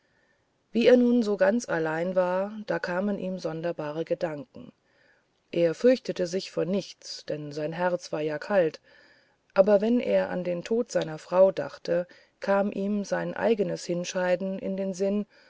wie er nun so ganz allein war da kamen ihm sonderbare gedanken er fürchtete sich vor nichts denn sein herz war ja kalt aber wenn er an den tod seiner frau dachte kam ihm sein eigenes hinscheiden in den sinn